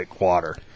water